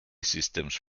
systems